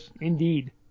indeed